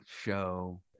show